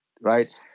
right